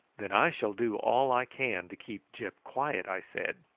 then i shall do all i can to keep gyp quiet, i said,